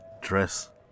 dress